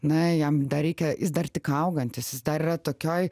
na jam dar reikia jis dar tik augantis dar yra tokioj